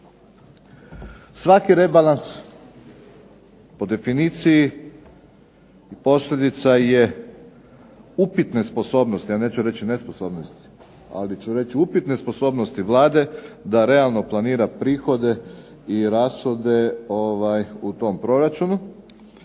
Svaki rebalans po definiciji posljedica je upitne sposobnosti, ja neću reći nesposobnosti, ali ću reći upitne sposobnosti Vlade da realno planira prihode i rashode u tom proračunu